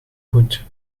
goed